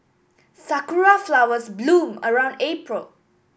sakura flowers bloom around April